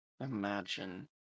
Imagine